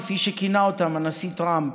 כפי שכינה אותם הנשיא טראמפ,